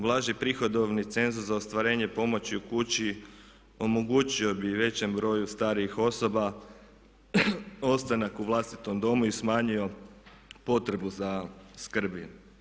Blaži prihodovni cenzus za ostvarenje pomoći u kući omogućio bi većem broju starijih osoba ostanak u vlastitom domu i smanjio potrebu za skrbi.